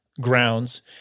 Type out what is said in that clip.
grounds